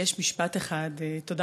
אדוני היושב-ראש,